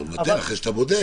אתה מבטל אחרי שאתה בודק.